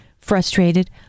frustrated